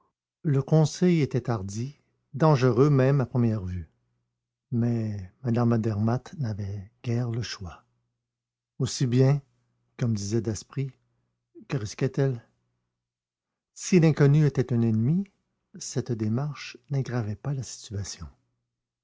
le conseil était hardi dangereux même à première vue mais mme andermatt n'avait guère le choix aussi bien comme disait daspry que risquait elle si l'inconnu était un ennemi cette démarche n'aggravait pas la situation